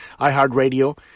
iHeartRadio